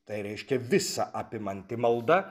tai reiškia visa apimanti malda